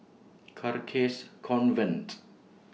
Carcasa Convent